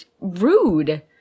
rude